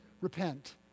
repent